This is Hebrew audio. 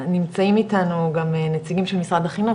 נמצאים איתנו גם נציגים של משרד החינוך,